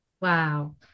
Wow